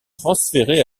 transférée